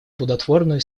плодотворную